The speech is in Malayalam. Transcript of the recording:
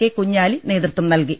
കെ കുഞ്ഞാലി നേതൃത്വം നല്കി